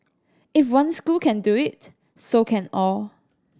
if one school can do it so can all